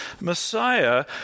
Messiah